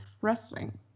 wrestling